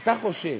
אתה חושב,